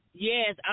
Yes